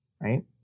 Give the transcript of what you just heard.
right